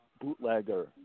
bootlegger